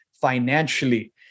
financially